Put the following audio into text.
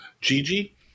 Gigi